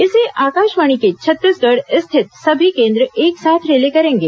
इसे आकाशवाणी के छत्तीसगढ़ स्थित सभी केन्द्र एक साथ रिले करेंगे